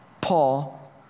Paul